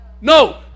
No